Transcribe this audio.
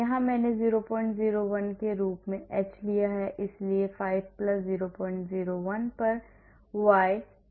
यहां मैंने 001 के रूप में एच लिया है इसलिए 5 001 पर y 2510001 है